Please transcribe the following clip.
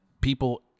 people